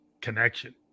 connection